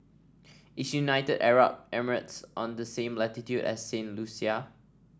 is United Arab Emirates on the same latitude as Saint Lucia